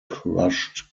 crushed